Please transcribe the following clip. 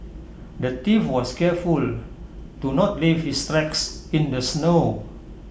the thief was careful to not leave his in the snow